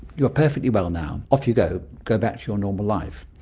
you're perfectly well now, off you go, go back to your normal life.